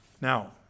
Now